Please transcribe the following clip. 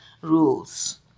rules